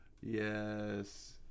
yes